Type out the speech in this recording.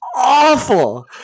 awful